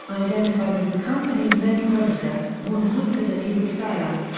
identified as the company's main creditor, warned woodford that he would fail.